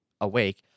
awake